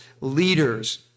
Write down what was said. leaders